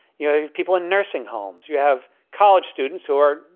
you know, people in nursing homes, you have college students who are,